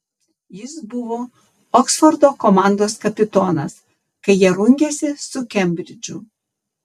jis buvo oksfordo komandos kapitonas kai jie rungėsi su kembridžu